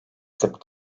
sırp